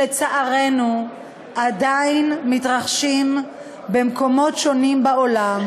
שלצערנו עדיין מתרחשים במקומות שונים בעולם,